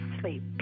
sleep